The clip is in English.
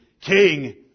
King